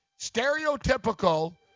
stereotypical